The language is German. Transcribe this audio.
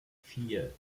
vier